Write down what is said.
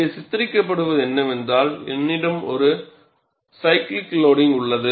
இங்கே சித்தரிக்கப்படுவது என்னவென்றால் என்னிடம் ஒரு சைக்லிக் லோடிங்க் உள்ளது